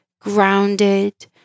grounded